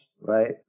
right